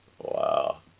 Wow